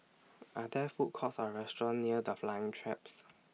Are There Food Courts Or restaurants near The Flying Trapeze